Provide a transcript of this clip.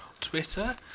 Twitter